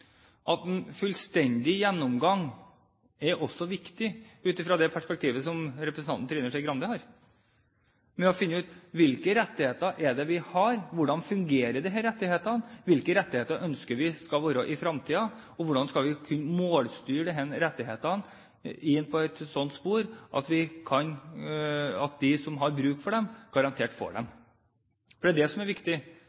at en fullstendig gjennomgang er viktig ut fra det perspektivet som representanten Trine Skei Grande har, for å finne ut: Hvilke rettigheter har vi? Hvordan fungerer disse rettighetene? Hvilke rettigheter ønsker vi skal være i fremtiden? Og hvordan skal vi kunne målstyre disse rettighetene inn på et slikt spor at de som har bruk for dem, garantert får dem?